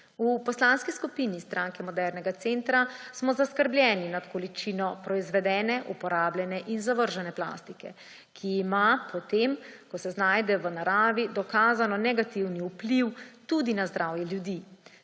V Poslanski skupini Stranke modernega centra smo zaskrbljeni nad količino proizvedene, uporabljene in zavržene plastike, ki ima, potem ko se znajde v naravi, dokazano negativen vpliv tudi na zdravje ljudi.